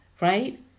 right